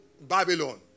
Babylon